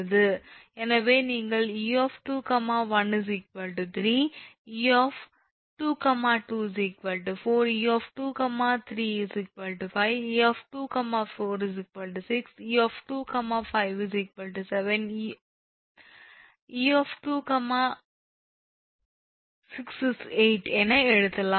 எனவே நீங்கள் 𝑒21 3 𝑒22 4 𝑒 23 5 𝑒 24 6 𝑒 25 7 2 26 8 என எழுதலாம்